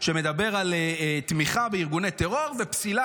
שמדבר על תמיכה בארגוני טרור ופסילה,